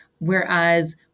Whereas